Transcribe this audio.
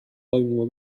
toimuva